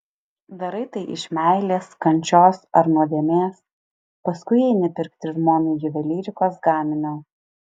darai tai iš meilės kančios ar nuodėmės paskui eini pirkti žmonai juvelyrikos gaminio